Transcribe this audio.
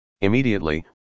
Immediately